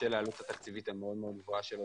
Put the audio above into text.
בשל העלות התקציבית המאוד גבוהה שלו,